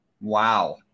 Wow